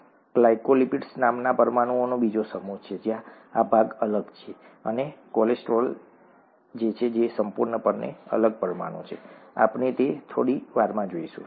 glycolipids નામના પરમાણુઓનો બીજો સમૂહ છે જ્યાં આ ભાગ અલગ છે અને કોલેસ્ટ્રોલ જે સંપૂર્ણપણે અલગ પરમાણુ છે આપણે તે થોડી વારમાં જોઈશું ઠીક છે